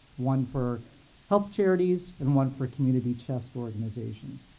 one for health charities, and one for community-chest organizations.